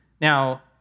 Now